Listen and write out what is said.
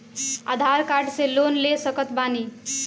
आधार card से loan ले सकत बणी?